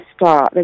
start